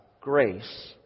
grace